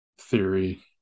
theory